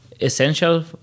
essential